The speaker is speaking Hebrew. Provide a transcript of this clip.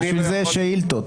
בשביל זה יש שאילתות.